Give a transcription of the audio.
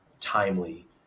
timely